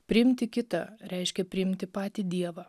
priimti kitą reiškia priimti patį dievą